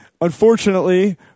unfortunately